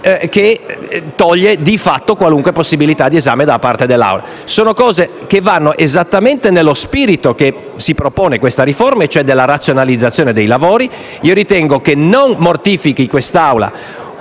che toglie di fatto qualunque possibilità di esame da parte dell'Assemblea. Sono proposte queste che vanno esattamente nello spirito che si propone la riforma, e cioè la razionalizzazione dei lavori. Ritengo che non mortifichi questa